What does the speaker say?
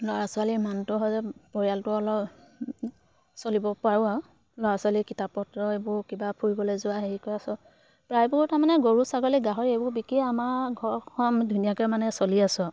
ল'ৰা ছোৱালীৰ মানটো হয় যে পৰিয়ালটো অলপ চলিব পাৰোঁ আৰু ল'ৰা ছোৱালী কিতাপ পত্ৰ এইবোৰ কিবা ফুৰিবলৈ যোৱা হেৰি কৰা সব প্ৰায়বোৰ তাৰমানে গৰু ছাগলী গাহৰি এইবোৰ বিকিয়ে আমাৰ ঘৰখন ধুনীয়াকৈ মানে চলি আছোঁ আৰু